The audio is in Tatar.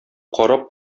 карап